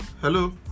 Hello